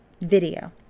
video